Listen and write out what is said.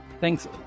thanks